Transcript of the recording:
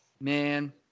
Man